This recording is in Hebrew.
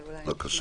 בבקשה.